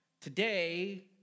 Today